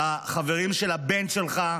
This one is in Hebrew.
על החברים של הבן שלך?